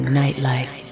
nightlife